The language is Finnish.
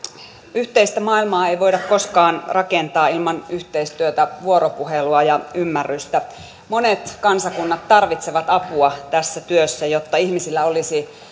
yhteistä maailmaa ei voida koskaan rakentaa ilman yhteistyötä vuoropuhelua ja ymmärrystä monet kansakunnat tarvitsevat apua tässä työssä jotta ihmisillä olisi